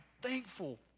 thankful